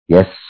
Yes